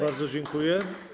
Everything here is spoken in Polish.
Bardzo dziękuję.